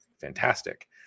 fantastic